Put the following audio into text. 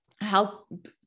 help